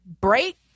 break